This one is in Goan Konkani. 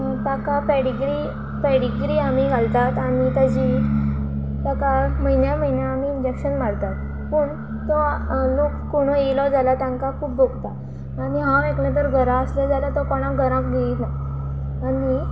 ताका पॅडिग्री पॅडिग्री आमी घालतात आनी तेजी ताका म्हयन्या म्हयन्या आमी इंजेक्शन मारतात पूण तो लोक कोण येयलो जाल्यार तांकां खूब भोकता आनी हांव एक तर घरा आसले जाल्यार तो कोणाक घरांक घेयी ना आनी